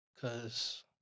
Cause